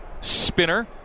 Spinner